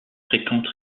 fréquente